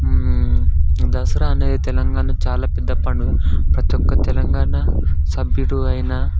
దసరా అనేది తెలంగాణలో చాలా పెద్ద పండుగ ప్రతి ఒక్క తెలంగాణ సభ్యుడు అయిన